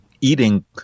eating